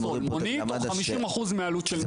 טוב מונית או 50% מעלות של נט"ן?